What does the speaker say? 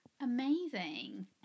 Amazing